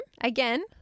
Again